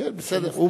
כן, בסדר.